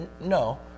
No